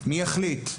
מי יחליט,